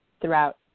throughout